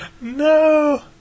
No